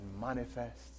manifest